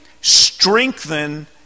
strengthen